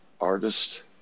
artist